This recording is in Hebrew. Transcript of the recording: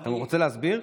אתה רוצה להסביר?